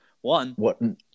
one